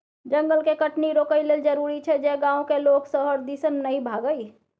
जंगल के कटनी रोकइ लेल जरूरी छै जे गांव के लोक शहर दिसन नइ भागइ